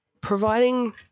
providing